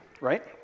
Right